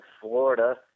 Florida